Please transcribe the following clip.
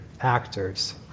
actors